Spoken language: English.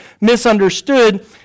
misunderstood